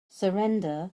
surrender